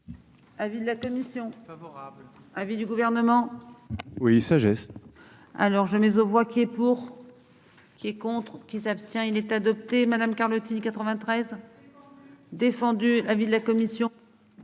Avis de la commission favorable avis du gouvernement. Oui ce geste. Alors ai mis aux voix qui est pour. Qui est contre qui s'abstient il est adopté. Madame Carlotti 93. Défendu avis de la commission